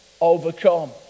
overcome